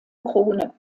krone